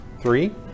Three